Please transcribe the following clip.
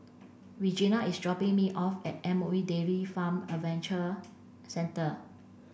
Regena is dropping me off at M O E Dairy Farm Adventure Centre